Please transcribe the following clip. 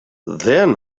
then